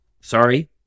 Sorry